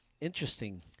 interesting